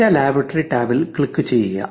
data laboratory ടാബിൽ ക്ലിക്കുചെയ്യുക